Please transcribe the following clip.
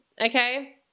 Okay